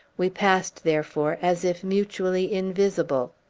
we passed, therefore, as if mutually invisible.